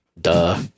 Duh